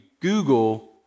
Google